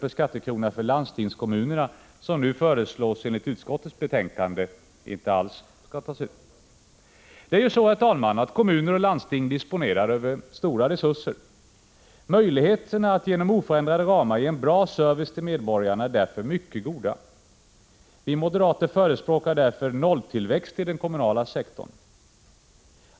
per skattekrona för landstingskommunerna som utskottsmajoriteten föreslår skall tas ut för 1987. Det är ju så, herr talman, att kommuner och landsting disponerar över stora resurser. Möjligheterna att genom oförändrade ramar ge en bra service till medborgarna är därför mycket goda. Vi moderater förespråkar därför nolltillväxt i den kommunala sektorn.